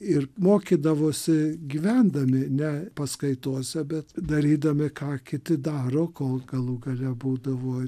ir mokydavosi gyvendami ne paskaitose bet darydami ką kiti daro kol galų gale būdavo